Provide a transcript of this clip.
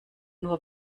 nur